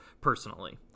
personally